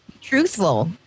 truthful